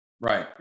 Right